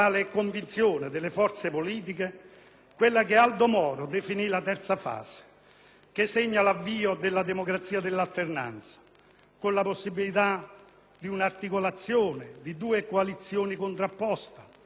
che segna l'avvio della democrazia dell'alternanza, con la possibile articolazione di due coalizioni contrapposte che hanno a cuore gli interessi generali del Paese e non i propri